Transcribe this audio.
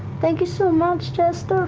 thank you so much, jester,